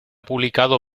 publicado